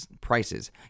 prices